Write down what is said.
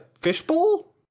fishbowl